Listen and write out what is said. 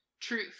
truth